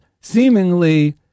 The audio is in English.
seemingly